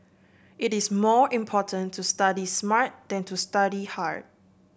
it is more important to study smart than to study hard